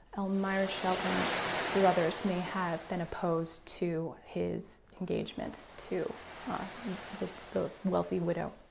elmira shelton's brothers may have been opposed to his engagement to ah the the wealthy widow.